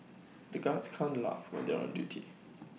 the guards can't laugh when they are on duty